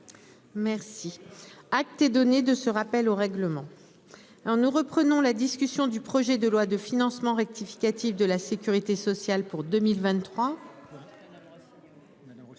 Merci à données de ce rappel au règlement. Alors nous reprenons la discussion du projet de loi de financement rectificatif de la Sécurité sociale pour 2023.